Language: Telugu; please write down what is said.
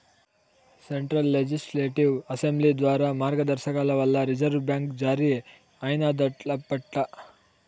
సెంట్రల్ లెజిస్లేటివ్ అసెంబ్లీ ద్వారా మార్గదర్శకాల వల్ల రిజర్వు బ్యాంక్ జారీ అయినాదప్పట్ల